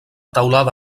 teulada